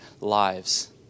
lives